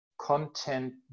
content